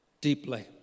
deeply